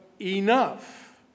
enough